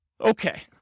Okay